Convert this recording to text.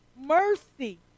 mercy